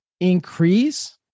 increase